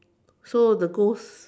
so the ghost